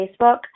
Facebook